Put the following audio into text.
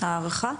הערכה?